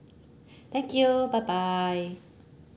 thank you bye bye